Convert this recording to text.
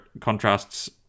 contrasts